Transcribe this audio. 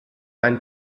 ein